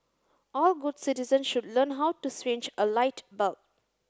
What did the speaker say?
all good citizens should learn how to change a light bulb